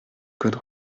code